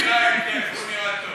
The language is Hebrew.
הוא לא נראה היטב, הוא נראה טוב.